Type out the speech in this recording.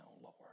Lord